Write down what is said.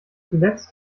zuletzt